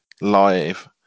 live